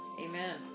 Amen